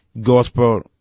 gospel